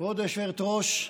כבוד היושבת-ראש,